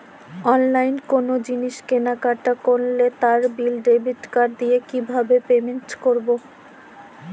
অনলাইনে কোনো জিনিস কেনাকাটা করলে তার বিল ডেবিট কার্ড দিয়ে কিভাবে পেমেন্ট করবো?